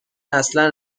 اصلا